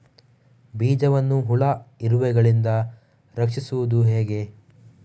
ಬೀಜವನ್ನು ಹುಳ, ಇರುವೆಗಳಿಂದ ರಕ್ಷಿಸುವುದು ಹೇಗೆ?